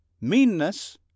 meanness